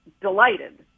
delighted